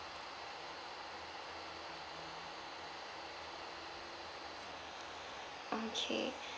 okay